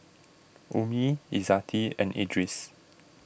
Ummi Izzati and Idris